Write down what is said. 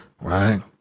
right